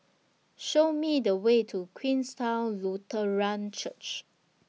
Show Me The Way to Queenstown Lutheran Church